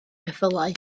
geffylau